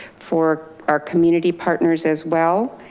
for our community partners as well.